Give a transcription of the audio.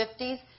50s